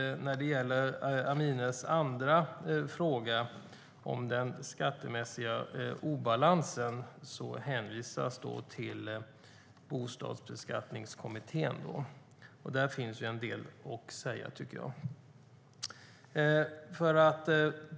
När det gäller Aminehs andra fråga, om den skattemässiga obalansen, hänvisas till Bostadsbeskattningskommittén. Där finns en del att säga, tycker jag.